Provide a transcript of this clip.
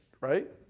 right